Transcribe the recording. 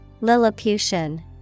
Lilliputian